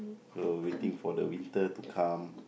so waiting for the winter to come